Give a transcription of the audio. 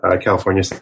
California